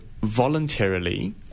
voluntarily